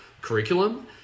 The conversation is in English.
curriculum